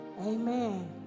Amen